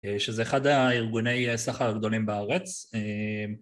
שזה אחד הארגוני סחר הגדולים בארץ